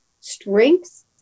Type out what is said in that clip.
strengths